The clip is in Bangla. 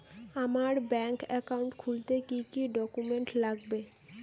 আমার ব্যাংক একাউন্ট খুলতে কি কি ডকুমেন্ট লাগবে?